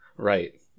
right